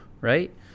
Right